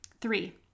Three